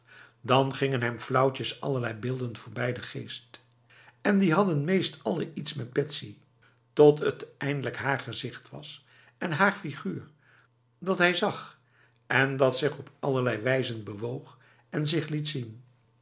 dan gingen hem flauwtjes allerlei beelden voorbij de geest en die hadden meest alle iets van betsy tot het eindelijk haar gezicht was en haar figuur dat hij zag en dat zich op allerlei wijzen bewoog en zich liet zien